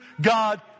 God